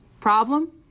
problem